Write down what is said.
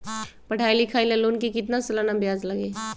पढाई लिखाई ला लोन के कितना सालाना ब्याज लगी?